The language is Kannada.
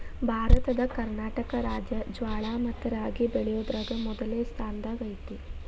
ಭಾರತದ ಕರ್ನಾಟಕ ರಾಜ್ಯ ಜ್ವಾಳ ಮತ್ತ ರಾಗಿ ಬೆಳಿಯೋದ್ರಾಗ ಮೊದ್ಲನೇ ಸ್ಥಾನದಾಗ ಐತಿ